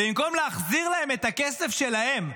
ובמקום להחזיר להם את הכסף שלהם,